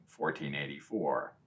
1484